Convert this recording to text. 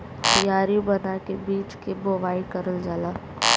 कियारी बना के बीज के बोवाई करल जाला